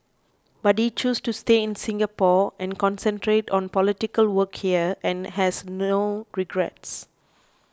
but he chose to stay in Singapore and concentrate on political work here and has no regrets